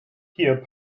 here